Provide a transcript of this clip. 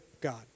God